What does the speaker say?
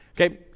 Okay